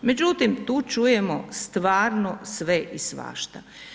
Međutim, tu čujemo stvarno sve i svašta.